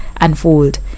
unfold